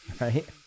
Right